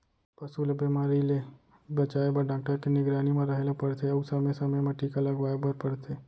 पसू ल बेमारी ले बचाए बर डॉक्टर के निगरानी म रहें ल परथे अउ समे समे म टीका लगवाए बर परथे